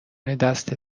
دهنت